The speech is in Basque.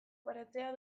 baratzea